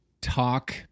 talk